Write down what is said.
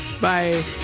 Bye